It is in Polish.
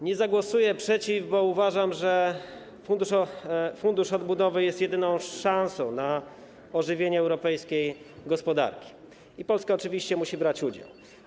Nie zagłosuję przeciw, bo uważam, że Fundusz Odbudowy jest jedyną szansą na ożywienie europejskiej gospodarki i Polska oczywiście musi brać w tym udział.